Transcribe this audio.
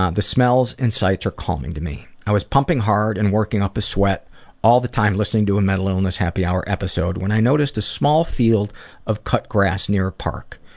ah the smells and sights are calling to me. i was pumping hard and working up a sweat all the time listening to a mental illness happy hour episode when i noticed a small field of cut grass near a park.